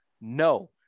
No